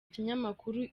ikinyamakuru